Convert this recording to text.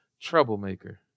troublemaker